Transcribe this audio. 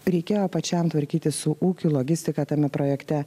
reikėjo pačiam tvarkytis su ūkiu logistika tame projekte